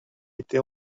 été